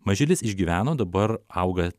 mažylis išgyveno dabar auga